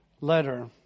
letter